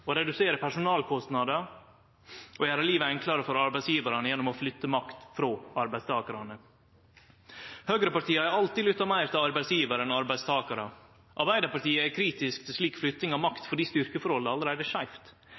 å redusere personalkostnadar og gjere livet enklare for arbeidsgjevarane gjennom å flytte makt frå arbeidstakarane. Høgrepartia har alltid lytta meir til arbeidsgjevarar enn til arbeidstakarar. Arbeidarpartiet er kritisk til slik flytting av makt fordi styrkeforholdet allereie